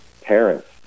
parents